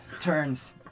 turns